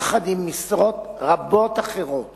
יחד עם משרות רבות אחרות